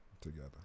together